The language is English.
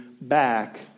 back